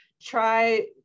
try